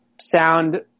sound